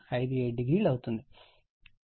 57o అవుతుంది